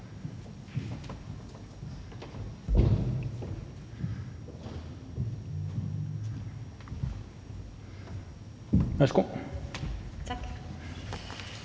Tak